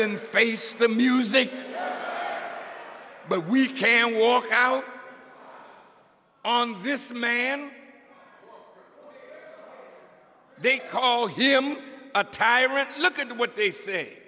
than face the music but we can walk out on this man they call him a tyrant look at what they say